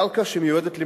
קרקע שמיועדת למלונאות,